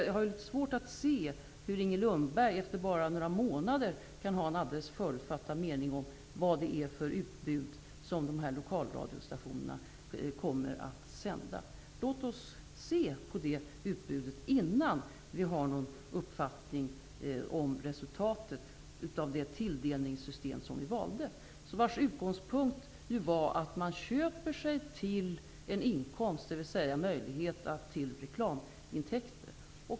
Jag har litet svårt att förstå att Inger Lundberg efter bara några månader kan ha en alldeles förutfattad mening om vad det är för utbud som dessa lokalradiostationer kommer att sända. Låt oss se på det utbudet innan vi har någon uppfattning om resultatet av det tilldelningssystem som vi valde. Utgångspunkten var att man köper sig till en inkomst, dvs. möjlighet till reklamintäkter.